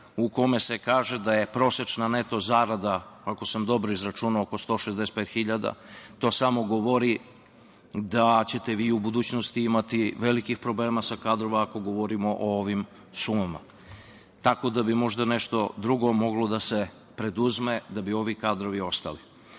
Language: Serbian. u kome se kaže da je prosečna neto zarada, ako sam dobro izračunao, oko 165 hiljada. To samo govori da ćete vi u budućnosti imati velikih problema sa kadrovima ako govorimo o ovim sumama. Tako da bi nešto drugo moglo da se preduzme da bi ovi kadrovi ostali.